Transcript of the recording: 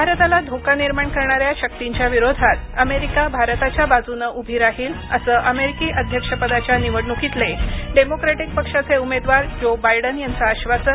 भारताला धोका निर्माण करणाऱ्या शक्तींच्या विरोधात अमेरिका भारताच्या बाजूने उभी राहील असं अमेरिकी अध्यक्ष पदाच्या निवडणुकीतले डेमोक्रॅटिक पक्षाचे उमेदवार ज्यो बायडन यांचं आश्वासन